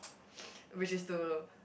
which is to